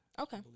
Okay